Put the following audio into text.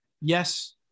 yes